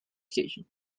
station